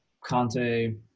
Conte